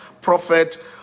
prophet